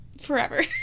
forever